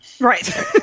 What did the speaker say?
Right